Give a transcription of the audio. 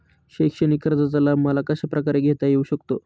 शैक्षणिक कर्जाचा लाभ मला कशाप्रकारे घेता येऊ शकतो?